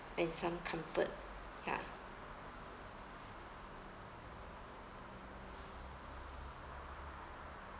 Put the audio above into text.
and some comfort ya